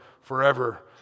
forever